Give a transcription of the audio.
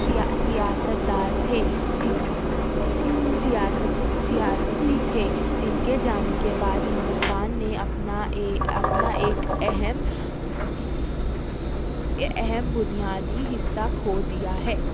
سیا سیاست دار تھے سیا سیا سیاستی تھے ان کے جانے کے بعد ہندوستان نے اپنا اے اپنا ایک اہم اہم بنیادی حصہ کھو دیا ہے